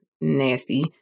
Nasty